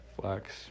flex